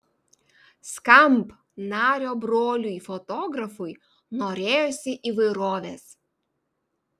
skamp nario broliui fotografui norėjosi įvairovės